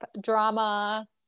drama